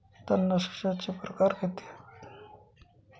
तणनाशकाचे प्रकार किती आहेत?